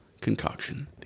concoction